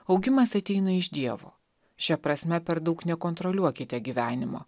augimas ateina iš dievo šia prasme per daug nekontroliuokite gyvenimo